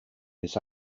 this